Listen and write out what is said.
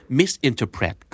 misinterpret